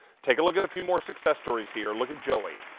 take a look at a few more success stories here. look at joey.